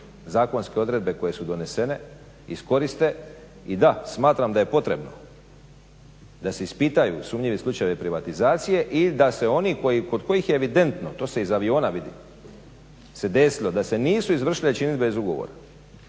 zakonske odredbe koje su donesene iskoriste i da, smatram da je potrebno da se ispitaju sumnjivi slučajevi privatizacije i da se oni kod kojih je evidentno, to se iz aviona vidi se desilo da se nisu izvršile činidbe iz ugovora,